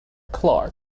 clark